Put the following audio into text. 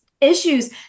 issues